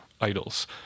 idols